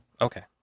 Okay